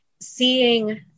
seeing